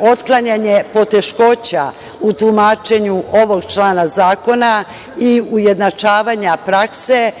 otklanjanje poteškoća u tumačenju ovog člana zakona i ujednačavanja prakse,